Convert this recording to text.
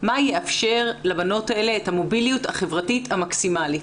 מה יאפשר לבנות האלה את המוביליות החברתית המקסימלית,